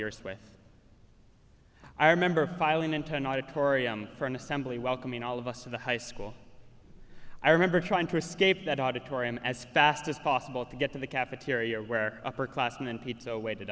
years with i remember filing into an auditorium for an assembly welcoming all of us to the high school i remember trying to escape that auditorium as fast as possible to get to the cafeteria where upperclassmen pizza awa